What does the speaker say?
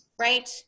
Right